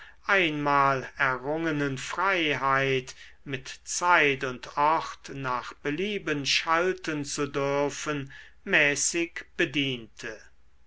einmal errungenen freiheit mit zeit und ort nach belieben schalten zu dürfen mäßig bediente